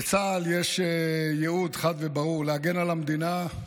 לצה"ל יש ייעוד חד וברור: להגן על המדינה,